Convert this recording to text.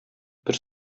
бер